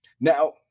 Now